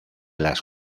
las